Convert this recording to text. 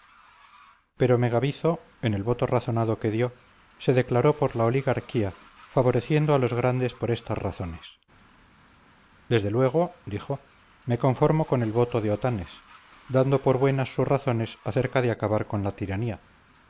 pero megabizo en el voto razonado que dio se declaró por la oligarquía favoreciendo a los grandes por estas razones desde luego dijo me conformo con el voto de otanes dando por buenas sus razones acerca de acabar con la tiranía